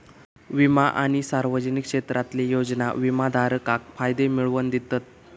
विमा आणि सार्वजनिक क्षेत्रातले योजना विमाधारकाक फायदे मिळवन दितत